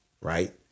right